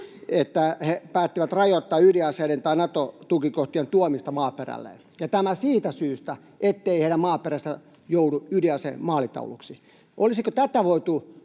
He päättivät rajoittaa ydinaseiden tai Nato-tukikohtien tuomista maaperälleen — ja tämä siitä syystä, ettei heidän maaperänsä joudu ydinasemaalitauluksi. Olisiko tätä voitu